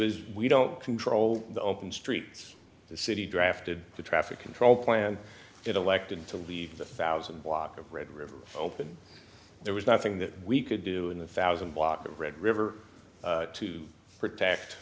is we don't control the open streets the city drafted the traffic control plan it elected to leave the thousand block of red river open there was nothing that we could do in the thousand block the red river to protect